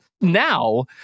now